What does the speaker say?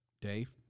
Dave